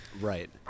right